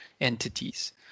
entities